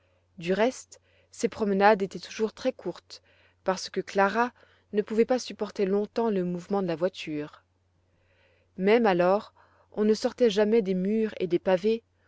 du reste ces promenades étaient toujours très courtes parce que clara ne pouvait pas supporter longtemps le mouvement de la voiture même alors on ne sortait jamais des murs et des pavés